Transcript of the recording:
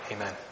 Amen